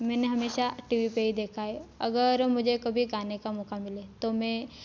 मैंने हमेशा TV पर ही देखा है अगर मुझे कभी गाने का मौका मिले तो मैं